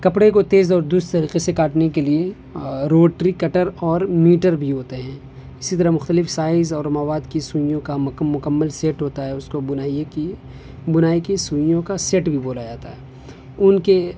کپڑے کو تیز اور درست طریقے سے کاٹنے کے لیے روٹری کٹر اور میٹر بھی ہوتے ہیں اسی طرح مختلف سائز اور مواد کی سوئیوں کا مکمل سیٹ ہوتا ہے اس کو بنائیے کی بنائی کی سوئیوں کا سیٹ بھی بولا جاتا ہے ان کے